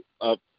up